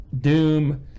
Doom